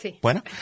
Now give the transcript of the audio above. Bueno